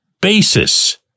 basis